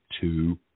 two